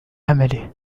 عمله